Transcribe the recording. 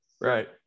right